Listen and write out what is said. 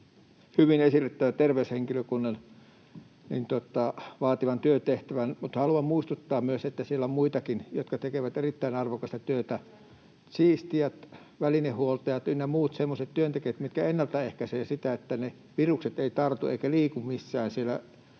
hyvin esille tämän terveyshenkilökunnan vaativan työtehtävän, mutta haluan muistuttaa myös, että siellä on muitakin, jotka tekevät erittäin arvokasta työtä: [Oikealta: Kyllä!] siistijät, välinehuoltajat ynnä muut semmoiset työntekijät, jotka ennalta ehkäisevät sitä, että virukset eivät tartu eivätkä liiku missään